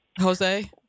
Jose